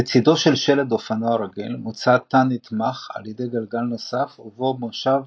לצידו של שלד אופנוע רגיל מוצמד תא הנתמך על ידי גלגל נוסף ובו מושב